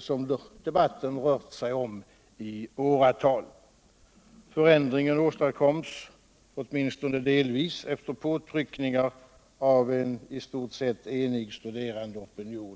som debatten rört sig om i åratal. Förändringen åstadkoms — åtminstone delvis — efter påtryckningar av en i stort sett enig studerandeopinion.